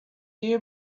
you